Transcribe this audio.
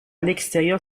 l’extérieur